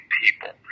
people